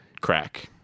crack